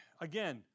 again